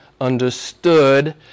understood